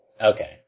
Okay